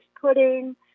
pudding